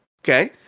okay